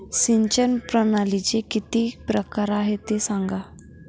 सिंचन प्रणालीचे किती प्रकार आहे ते सांगा